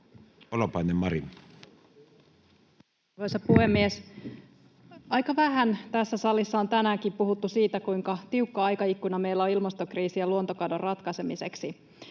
Holopainen, Mari. Arvoisa puhemies! Aika vähän tässä salissa on tänäänkin puhuttu siitä, kuinka tiukka aikaikkuna meillä on ilmastokriisin ja luontokadon ratkaisemiseksi.